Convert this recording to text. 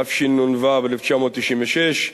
התשנ"ו 1996,